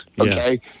okay